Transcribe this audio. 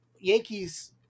Yankees